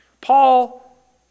Paul